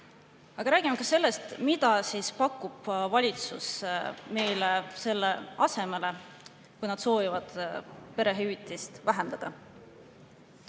Aga räägime ka sellest, mida pakub valitsus meile asemele, kui nad soovivad perehüvitist vähendada.